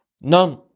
none